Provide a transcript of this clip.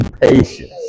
patience